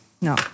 No